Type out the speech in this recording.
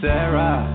Sarah